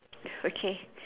is okay